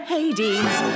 Hades